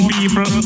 People